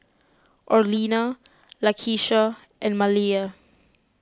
Orlena Lakeisha and Maleah